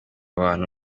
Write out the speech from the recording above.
bantu